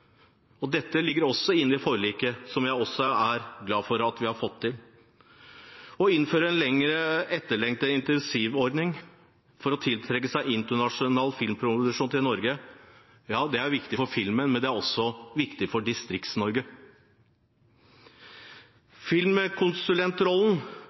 Dette ligger også inne i forliket, som jeg er glad for at vi har fått til. Å innføre en lenge etterlengtet incentivordning for å tiltrekke seg internasjonal filmproduksjon til Norge er viktig for filmen, men det er også viktig for Distrikts-Norge. Filmkonsulentrollen